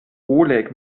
oleg